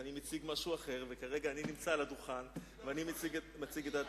אני מציג משהו אחר וכרגע אני נמצא על הדוכן ומציג את דעתי.